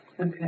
Okay